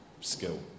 skill